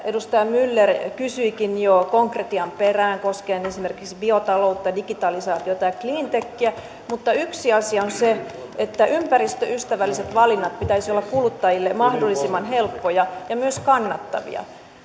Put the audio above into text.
edustaja myller kysyikin jo konkretian perään koskien esimerkiksi biotaloutta digitalisaatiota ja cleantechiä mutta yksi asia on se että ympäristöystävällisten valintojen pitäisi olla kuluttajille mahdollisimman helppoja ja myös kannattavia